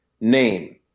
name